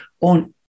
on